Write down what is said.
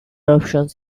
options